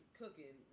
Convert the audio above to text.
cooking